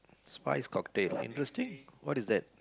spice cocktail interesting what is that